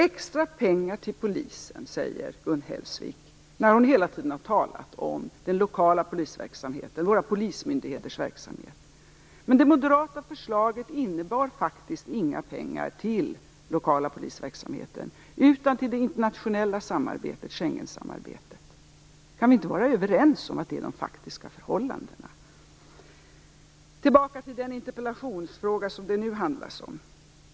"Extra pengar till polisen" säger Gun Hellsvik, efter att hela tiden ha talat om den lokala polisverksamheten, våra polismyndigheters verksamhet. Men det moderata förslaget innebar faktiskt inga pengar till den lokala polisverksamheten utan endast till det internationella samarbetet, Schengensamarbetet. Kan vi inte vara överens om att det är det faktiska förhållandet? Tillbaka till den interpellationsfråga som det nu handlar om.